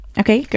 Okay